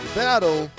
battle